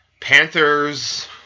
Panthers